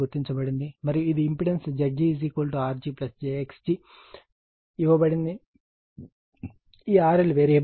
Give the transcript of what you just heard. మరియు ఇది impedance Zg Rg j Xg గా ఇవ్వబడింది మరియు ఈ RL వేరియబుల్